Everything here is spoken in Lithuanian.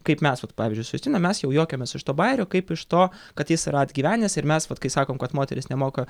kaip mes vat pavyzdžiui su justinu mes jau juokiamės iš to bajerio kaip iš to kad jis yra atgyvenęs ir mes vat kai sakom kad moterys nemoka